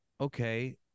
okay